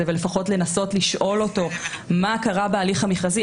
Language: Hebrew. ולפחות לנסות לשאול אותו מה קרה בהליך המכרזי?